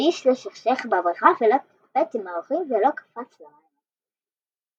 ואיש לא שכשך בברכה ולא פטפט עם האורחים ולא קפץ למים הקרירים.